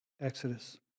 Exodus